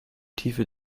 tiefe